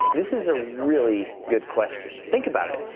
this is a really good question think about it.